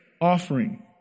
offering